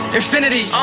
infinity